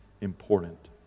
important